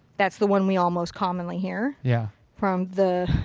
that's the one we almost commonly hear yeah from the